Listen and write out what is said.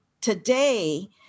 Today